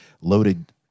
loaded